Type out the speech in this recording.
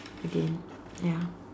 again ya